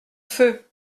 feu